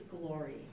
glory